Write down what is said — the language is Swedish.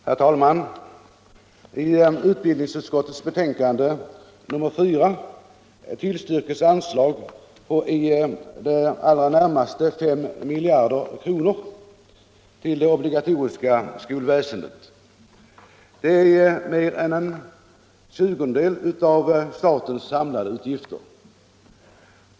Herr talman! Utbildningsutskottet tillstyrker i sitt betänkande nr 4 anslag på i det allra närmaste 5 miljarder kronor till det obligatoriska skolväsendet. Det är mer än en tjugondel av statens samlade utgifter.